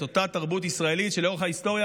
את אותה תרבות ישראלית שלאורך ההיסטוריה,